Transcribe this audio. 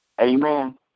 Amen